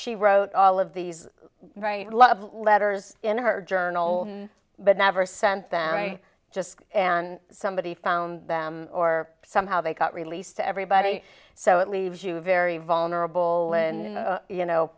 she wrote all of these write love letters in her journal but never sent them just and somebody found them or somehow they got released to everybody so it leaves you very vulnerable and you know